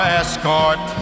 escort